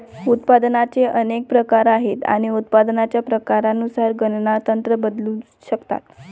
उत्पादनाचे अनेक प्रकार आहेत आणि उत्पादनाच्या प्रकारानुसार गणना तंत्र बदलू शकतात